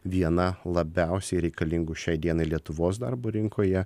viena labiausiai reikalingų šiai dienai lietuvos darbo rinkoje